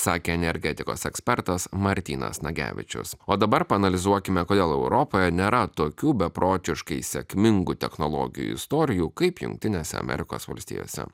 sakė energetikos ekspertas martynas nagevičius o dabar paanalizuokime kodėl europoje nėra tokių beprotiškai sėkmingų technologijų istorijų kaip jungtinėse amerikos valstijose